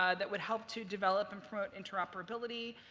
ah that would help to develop and promote interoperability,